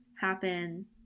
happen